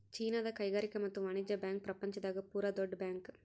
ಚೀನಾದ ಕೈಗಾರಿಕಾ ಮತ್ತು ವಾಣಿಜ್ಯ ಬ್ಯಾಂಕ್ ಪ್ರಪಂಚ ದಾಗ ಪೂರ ದೊಡ್ಡ ಬ್ಯಾಂಕ್